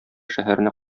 шәһәренә